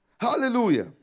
Hallelujah